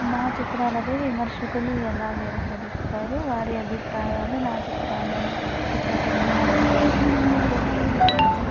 నా చిత్రాలపై విమర్శకులు ఎలా వ్యవహరిస్తారు వారి అభిప్రాయాలు నా చిత్రాలను చిత్రకళను మెరుగుపరుచుకోవడానికి ఎలా అపగిస్తారు